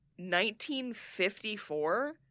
1954